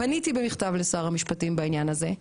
פניתי במכתב לשר המשפטים בעניין הזה,